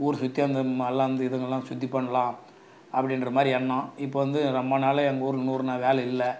ஊரை சுற்றி அந்த மலை அந்த இதுங்கலாம் சுற்றி பண்ணலாம் அப்படின்ற மாதிரி எண்ணம் இப்போ வந்து ரொம்ப நாள் எங்கூரில் நூறுநாள் வேலை இல்லை